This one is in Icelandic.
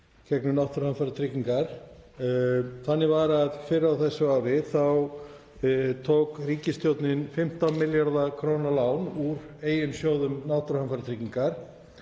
Þannig var að fyrr á þessu ári tók ríkisstjórnin 15 milljarða kr. lán úr eigin sjóðum Náttúruhamfaratryggingar